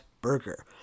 Burger